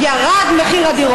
לא ירד.